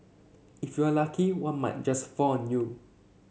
if you're lucky one might just fall on you